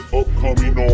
upcoming